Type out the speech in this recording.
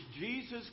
Jesus